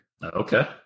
Okay